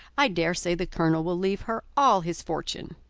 i dare say the colonel will leave her all his fortune.